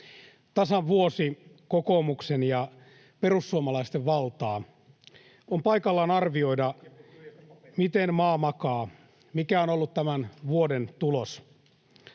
tasan vuosi kokoomuksen ja perussuomalaisten valtaa. On paikallaan arvioida, [Jani Mäkelän välihuuto] miten makaa, mikä on ollut tämän vuoden tulos.